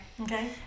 okay